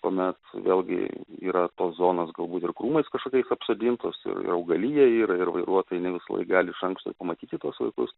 kuomet vėlgi yra tos zonos galbūt ir krūmais kažkokiais apsodintos ir augalija yra ir vairuotojai ne visada gali iš anksto pamatyti tuos vaikus